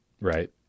Right